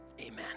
Amen